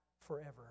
forever